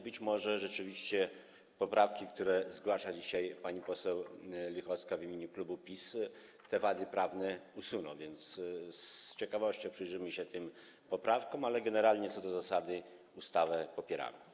Być może rzeczywiście poprawki, które zgłasza dzisiaj pani poseł Lichocka w imieniu klubu PiS, te wady prawne usuną, a więc z ciekawością im się przyjrzymy, ale generalnie, co do zasady, ustawę popieramy.